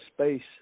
space